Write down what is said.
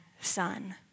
Son